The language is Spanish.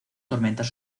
tormentas